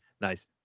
Nice